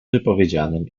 wypowiedzianym